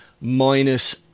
minus